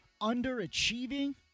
underachieving